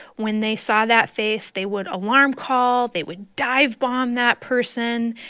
when they saw that face, they would alarm-call. they would dive-bomb that person.